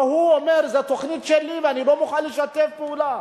והוא אומר: זו תוכנית שלי ואני לא מוכן לשתף פעולה.